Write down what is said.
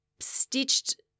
stitched